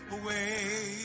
away